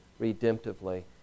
redemptively